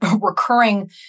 recurring